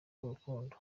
urukundo